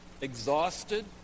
Exhausted